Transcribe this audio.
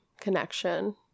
connection